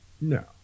no